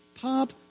Pop